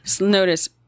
Notice